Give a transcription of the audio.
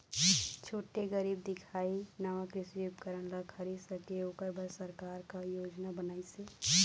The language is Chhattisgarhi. छोटे गरीब दिखाही हा नावा कृषि उपकरण ला खरीद सके ओकर बर सरकार का योजना बनाइसे?